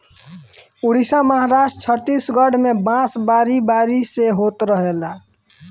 उड़ीसा, महाराष्ट्र, छतीसगढ़ में बांस बारी बारी से होत रहेला